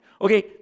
Okay